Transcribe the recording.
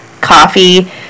coffee